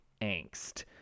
angst